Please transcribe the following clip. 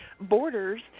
borders